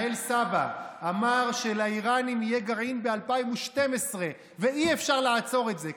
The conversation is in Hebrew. מנהל סבא"א אמר שלאיראנים יהיה גרעין ב-2012 ואי-אפשר לעצור את זה,